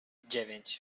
dziewięć